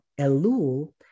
Elul